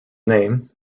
name